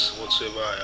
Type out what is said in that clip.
whatsoever